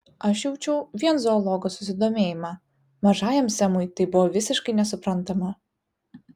aš jaučiau vien zoologo susidomėjimą mažajam semui tai buvo visiškai nesuprantama